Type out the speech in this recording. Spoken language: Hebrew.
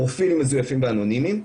פרופילים מזויפים ואנונימיים,